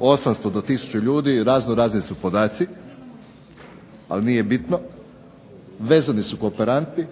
800 do 1000 ljudi razno razni su podaci, ali nije bitno. Vezani su kooperanti